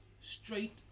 straight